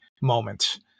moments